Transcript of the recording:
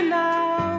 now